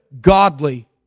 godly